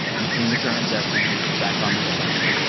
you've seen the current justices back on the bench.